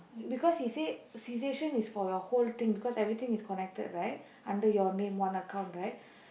because he said cessation is for your whole thing because everything is connected right under your name one account right